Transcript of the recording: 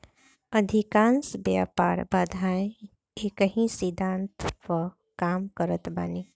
अधिकांश व्यापार बाधाएँ एकही सिद्धांत पअ काम करत बानी